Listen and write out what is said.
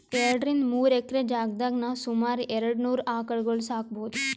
ಎರಡರಿಂದ್ ಮೂರ್ ಎಕ್ರೆ ಜಾಗ್ದಾಗ್ ನಾವ್ ಸುಮಾರ್ ಎರಡನೂರ್ ಆಕಳ್ಗೊಳ್ ಸಾಕೋಬಹುದ್